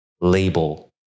label